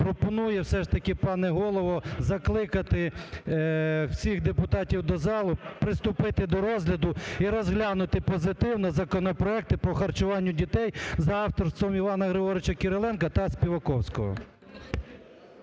пропонує все ж таки пане Голово, закликати всіх депутатів до залу, приступити до розгляду і розглянути позитивно законопроекти по харчуванню дітей за авторством Івана Григоровича Кириленка та Співаковського.